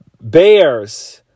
Bears